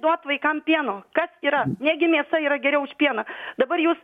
duot vaikam pieno kas yra negi mėsa yra geriau už pieną dabar jūs